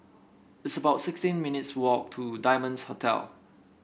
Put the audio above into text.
it's about sixteen minutes' walk to Diamond Hotel